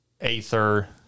Aether